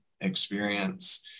experience